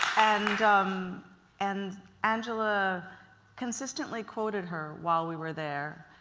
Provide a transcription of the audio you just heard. and um and angela consistently quoted her while we were there,